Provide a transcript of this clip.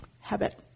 habit